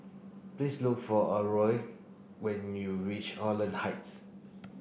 please look for Aurore when you reach Holland Heights